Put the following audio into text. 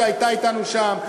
שהייתה אתנו שם,